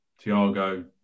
Tiago